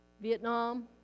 Vietnam